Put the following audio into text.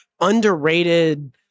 underrated